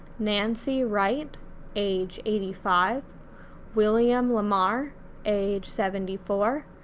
nancy wright age eighty five william lamar age seventy four,